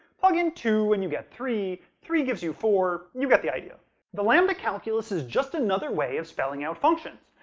plug in two and you get three three gives you four. you get the idea. the lambda calculus is just another way of spelling out functions.